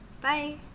Bye